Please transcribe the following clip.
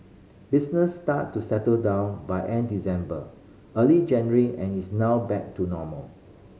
business started to settle down by end December early January and is now back to normal